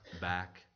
back